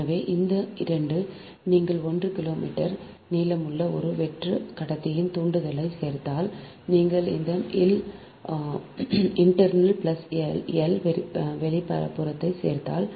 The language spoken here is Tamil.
எனவே இந்த 2 நீங்கள் 1 கிலோமீட்டர் நீளமுள்ள ஒரு வெற்று கடத்தியின் தூண்டலைச் சேர்த்தால் நீங்கள் எல் இன்டர்னல் பிளஸ் எல் வெளிப்புறத்தைச் சேர்த்தால்